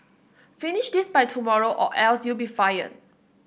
finish this by tomorrow or else you'll be fired